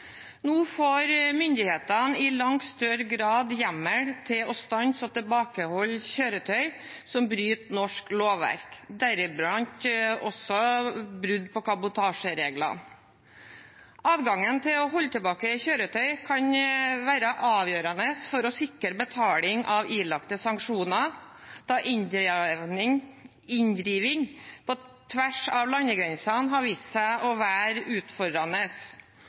Nå får myndighetene i langt større grad hjemmel til å stanse og tilbakeholde kjøretøy som bryter norsk lovverk, deriblant også brudd på kabotasjereglene. Adgangen til å holde tilbake kjøretøy kan være avgjørende for å sikre betaling av ilagte sanksjoner, da inndriving på tvers av landegrensene har vist seg å være utfordrende.